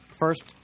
First